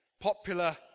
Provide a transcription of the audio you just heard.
popular